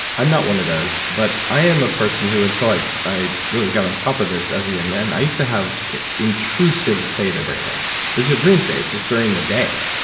i'm not one of those, but i am a person who until i i really got on top of this as a young man, i used to have intrusive theta brainwaves. this is a dream state that's during the day.